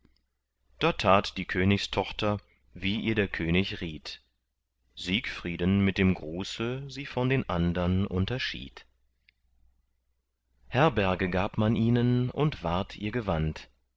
da tat die königstochter wie ihr der könig riet siegfrieden mit dem gruße sie von den andern unterschied herberge gab man ihnen und wahrt ihr gewand